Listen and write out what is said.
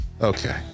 okay